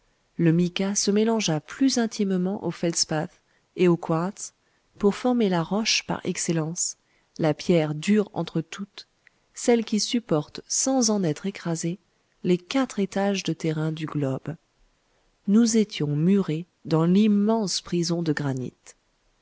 le mica se mélangea plus intimement au feldspath et au quartz pour former la roche par excellence la pierre dure entre toutes celle qui supporte sans en être écrasée les quatre étages de terrain du globe nous étions murés dans l'immense prison de granit